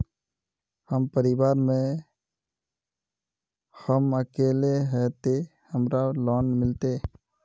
हम परिवार में हम अकेले है ते हमरा लोन मिलते?